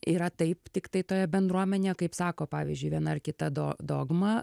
yra taip tiktai toje bendruomenėje kaip sako pavyzdžiui viena ar kita do dogma